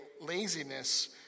laziness